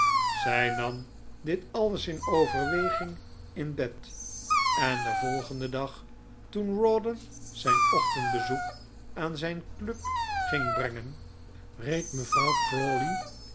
zij nam dit alles in overweging in bed en den volgenden dag toen rawdon zijn ochtendbezoek aan zijn club ging brengen reed mevrouw